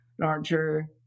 larger